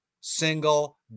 single